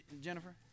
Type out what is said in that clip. Jennifer